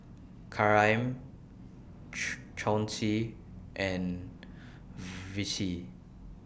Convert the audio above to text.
Karyme Chauncey and Vicie